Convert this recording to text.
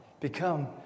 become